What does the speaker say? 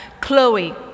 Chloe